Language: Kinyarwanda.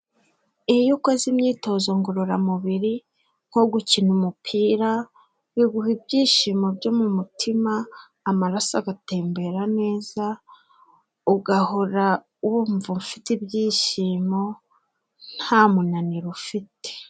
Iyo ukoze imyitozo ngororamubiri nko gukina umupira, biguha ibyishimo byo mu mutima, amaraso agatembera neza, ugahora wumva ufite ibyishimo, nta munaniro ufite.